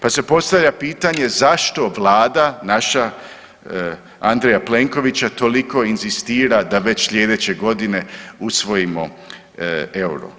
Pa se postavlja pitanje zašto Vlada naša Andreja Plenkovića toliko inzistira da već sljedeće godine usvojimo euro?